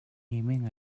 хэмээн